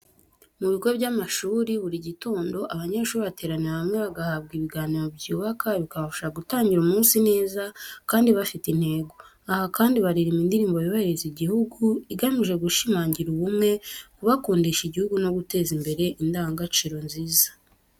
Mu bigo bya mashuri, buri gitondo abanyeshuri bateranira hamwe bagahabwa ibiganiro byubaka, bikabafasha gutangira umunsi neza kandi bafite intego. Aha kandi, baririmba indirimbo yubahiriza igihugu, igamije gushimangira ubumwe, kubakundisha igihugu no guteza imbere indangagaciro nziza.